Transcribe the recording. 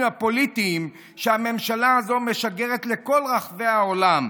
הפוליטיים שהממשלה הזאת משגרת לכל רחבי העולם,